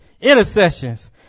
intercessions